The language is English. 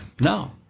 no